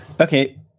okay